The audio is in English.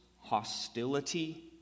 hostility